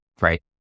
right